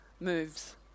moves